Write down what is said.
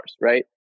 right